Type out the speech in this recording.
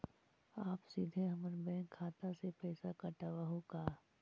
आप सीधे हमर बैंक खाता से पैसवा काटवहु का?